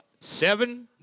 seven